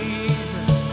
Jesus